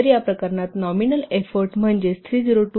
या प्रकरणात nominal effort म्हणजे 302